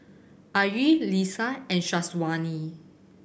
Ayu Lisa and Syazwani